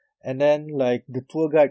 and then like the tour guide